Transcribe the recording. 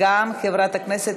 בעד, אין מתנגדים,